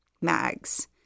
Mags